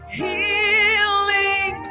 healing